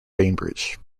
bainbridge